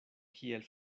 kiel